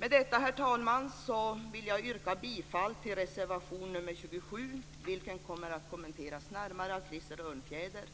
Herr talman! Med detta vill jag yrka bifall till reservation nr 27, vilken kommer att kommenteras närmare av Krister Örnfjäder.